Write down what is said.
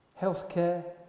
healthcare